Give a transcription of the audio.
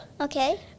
Okay